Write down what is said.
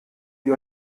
die